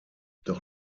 doch